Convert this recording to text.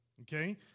Okay